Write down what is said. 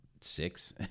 six